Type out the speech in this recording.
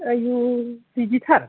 आयु बिदिथार